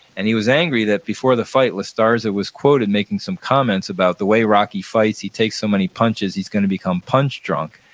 and he was angry that before the fight, la starza was quoted making some comments about the way rocky fights, he takes so many punches, he's going to become punch-drunk.